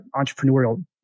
entrepreneurial